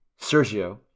Sergio